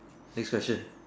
next question